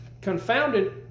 confounded